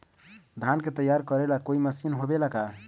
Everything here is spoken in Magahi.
धान के तैयार करेला कोई मशीन होबेला का?